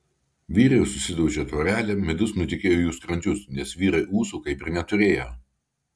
vyrai susidaužė taurelėm midus nutekėjo į jų skrandžius nes vyrai ūsų kaip ir neturėjo